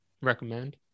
recommend